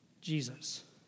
Jesus